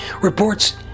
reports